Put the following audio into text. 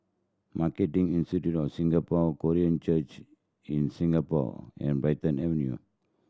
Marketing Institute of Singapore Korean Church in Singapore and Brighton Avenue